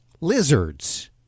lizards